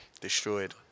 Destroyed